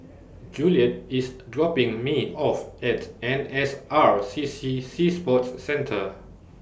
Juliet IS dropping Me off At N S R C C Sea Sports Centre